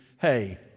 Hey